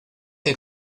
que